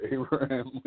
Abraham